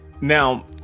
Now